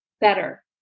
better